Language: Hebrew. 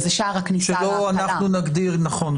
נכון.